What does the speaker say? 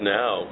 now